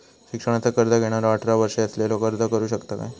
शिक्षणाचा कर्ज घेणारो अठरा वर्ष असलेलो अर्ज करू शकता काय?